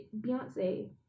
Beyonce